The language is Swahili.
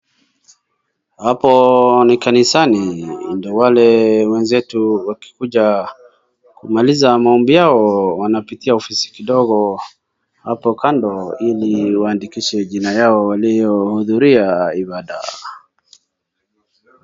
Hapo ni kanisani, ndio wale wenzetu wakikuja kumaliza maombi yao, wanapitia ofisi kidogo hapo kando ili waandikishe jina yao, waliohudhuria ibada.